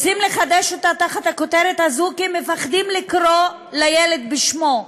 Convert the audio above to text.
רוצים לחדש אותה תחת הכותרת הזאת כי מפחדים לקרוא לילד בשמו.